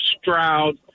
Stroud